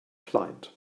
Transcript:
client